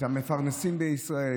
את המפרנסים בישראל,